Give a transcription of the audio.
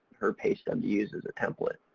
her pay stub to use as a template.